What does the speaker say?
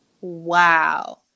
wow